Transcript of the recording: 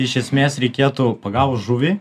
iš esmės reikėtų pagavus žuvį